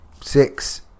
six